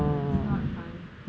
ya is not fun